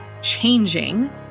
changing